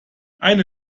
eine